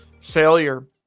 failure